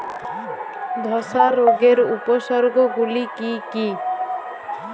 ধসা রোগের উপসর্গগুলি কি কি?